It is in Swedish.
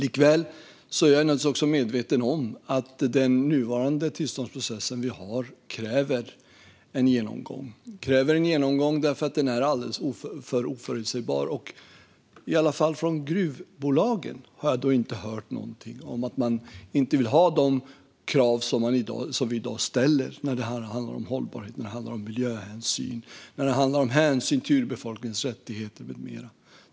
Jag är likväl medveten om att vår nuvarande tillståndsprocess kräver en genomgång, eftersom den är alldeles för oförutsägbar. Jag har dock inte hört något från gruvbolagen om att de inte vill ha de krav som vi i dag ställer i fråga om hållbarhet, miljöhänsyn, hänsyn till urbefolkningens rättigheter med mera.